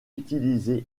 utilisé